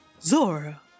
Zora